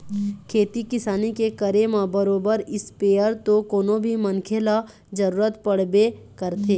खेती किसानी के करे म बरोबर इस्पेयर तो कोनो भी मनखे ल जरुरत पड़बे करथे